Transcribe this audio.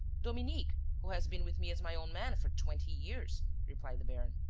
dominique, who has been with me as my own man for twenty years, replied the baron.